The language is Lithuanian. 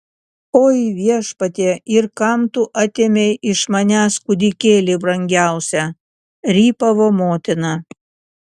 oi viešpatie ir kam tu atėmei iš manęs kūdikėlį brangiausią rypavo motina